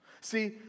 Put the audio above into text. see